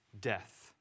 death